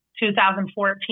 2014